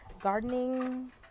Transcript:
gardening